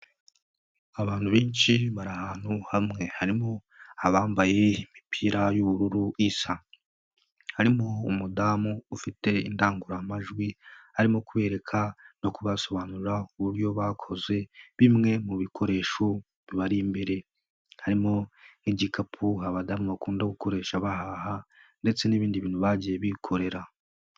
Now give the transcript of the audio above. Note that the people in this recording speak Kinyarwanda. Abantu benshi bari ahantu hamwe harimo abambaye imipira y'ubururu isa. Harimo umudamu ufite indangururamajwi arimo kwereka no kubasobanurira uburyo bakoze bimwe mu bikoresho bibari imbere. Harimo nk'igikapu abadamu bakunda gukoresha bahaha ndetse n'ibindi bintu bagiye bikorera.